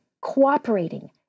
cooperating